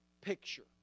picture